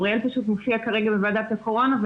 אוריאל פשוט מופיע כרגע בוועדת הקורונה,